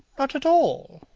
not at all,